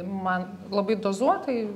man labai dozuotai